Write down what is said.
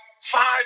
five